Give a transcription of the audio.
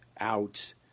out